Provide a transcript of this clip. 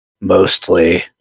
mostly